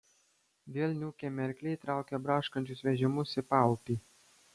vėl niūkiami arkliai traukė braškančius vežimus į paupį